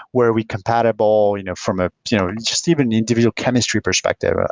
were we compatible you know from ah you know just even an individual chemistry perspective? ah